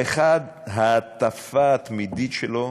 האחד, ההטפה התמידית שלו